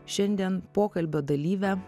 šiandien pokalbio dalyvę